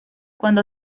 cuando